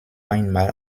einmal